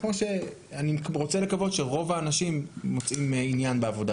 כמו שאני רוצה לקוות שרוב האנשים מוציאים עניין בעבודה